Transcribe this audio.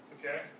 okay